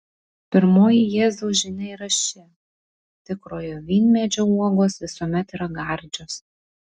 pirmoji jėzaus žinia yra ši tikrojo vynmedžio uogos visuomet yra gardžios